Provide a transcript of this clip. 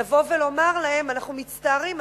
לבוא ולומר להם: אנחנו מצטערים,